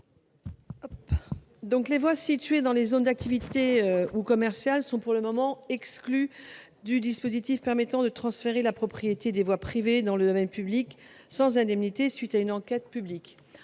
Les voies situées dans des zones d'activités ou commerciales sont, pour le moment, exclues du dispositif permettant de transférer la propriété des voies privées dans le domaine public sans indemnité, à la suite d'une enquête publique.